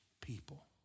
people